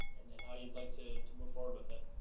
and then how you'd like to to move forward with it.